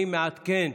אני מעדכן,